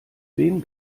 wem